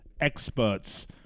experts